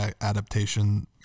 adaptation